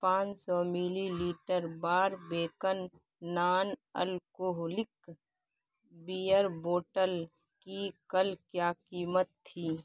پانچ سو millilitre Barbican non alcoholic beer bottle کی کل کیا قیمت تھی